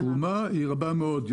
התרומה היא רבה מאוד.